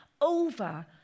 over